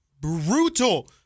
Brutal